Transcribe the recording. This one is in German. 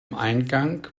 eingang